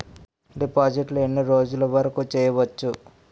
డిపాజిట్లు ఎన్ని రోజులు వరుకు చెయ్యవచ్చు?